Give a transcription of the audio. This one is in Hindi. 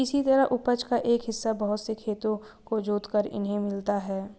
इसी तरह उपज का एक हिस्सा बहुत से खेतों को जोतकर इन्हें मिलता है